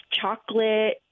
chocolate